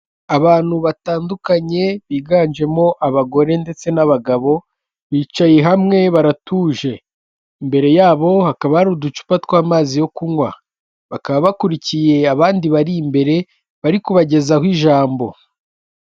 Abantu batandukanye biganjemo abagore ndetse n'abagabo bicaye hamwe baratuje. Imbere yabo hakaba ari uducupa tw'amazi yo kunywa, bakaba bakurikiye abandi bari imbere bari kubagezaho ijambo.